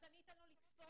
אז אני אתן לו לצפות.